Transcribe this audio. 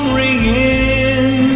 ringing